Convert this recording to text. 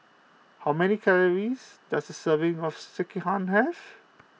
how many calories does a serving of Sekihan have